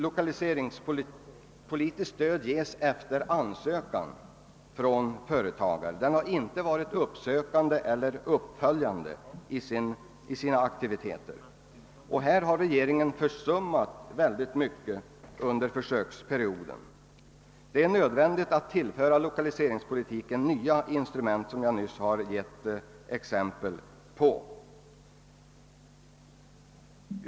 Lokaliseringspolitiskt stöd ges efter ansökan från företagen, lokaliseringspolitiken har inte varit uppsökande och uppföljande i sina aktiviteter. Härvidlag har regeringen försummat mycket under försöksperioden. Det är nödvändigt att tillföra lokaliseringspolitiken nya instrument av det slag som jag nyss givit exempel på.